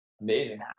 Amazing